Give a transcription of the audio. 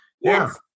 Yes